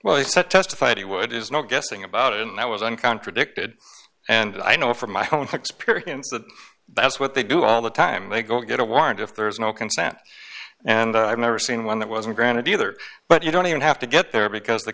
well he said testified he would is no guessing about it and that was an contradicted and i know from my own experience that that's what they do all the time they go get a warrant if there's no consent and i've never seen one that wasn't granted either but you don't even have to get there because the